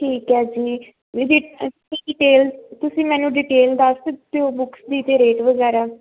ਠੀਕ ਹੈ ਜੀ ਤੁਸੀਂ ਮੈਨੂੰ ਡਿਟੇਲ ਦੱਸ ਸਕਦੇ ਹੋ ਬੁਕਸ ਦੀ ਅਤੇ ਰੇਟ ਵਗੈਰਾ